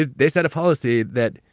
ah they set a policy that,